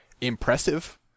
impressive